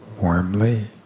warmly